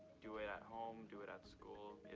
do it at home, do it at school.